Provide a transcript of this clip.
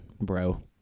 bro